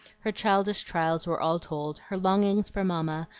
her childish trials were all told, her longings for mamma,